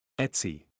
Etsy